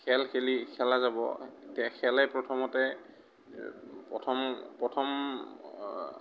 খেল খেলি খেলা যাব তে খেলে প্ৰথমতে প্ৰথম প্ৰথম